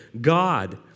God